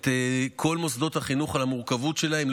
את כל מוסדות החינוך על המורכבות שלהם.